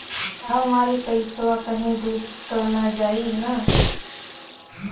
साहब हमार इ पइसवा कहि डूब त ना जाई न?